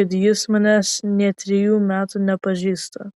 kad jis manęs nė trejų metų nepažįsta